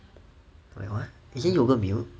wait what is it yoghurt milk